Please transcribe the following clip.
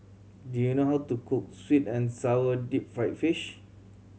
do you know how to cook sweet and sour deep fried fish